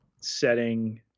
setting